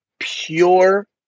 pure